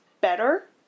better